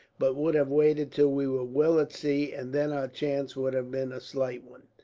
but would have waited till we were well at sea, and then our chance would have been a slight one.